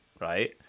right